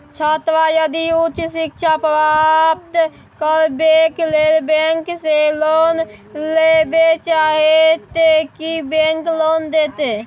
छात्र यदि उच्च शिक्षा प्राप्त करबैक लेल बैंक से लोन लेबे चाहे ते की बैंक लोन देतै?